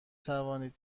توانید